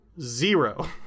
Zero